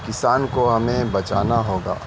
کسان کو ہمیں بچانا ہوگا